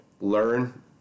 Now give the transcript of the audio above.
learn